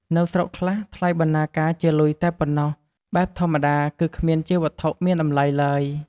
នៅស្រុកខ្លះ ថ្លៃបណ្ណាការជាលុយតែប៉ុណ្ណោះ បែបធម្មតា គឺគ្មានជាវត្ថុមានតម្លៃឡើយ។